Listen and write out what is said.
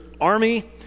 army